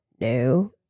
No